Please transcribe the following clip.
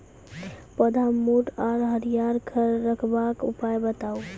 पौधा मोट आर हरियर रखबाक उपाय बताऊ?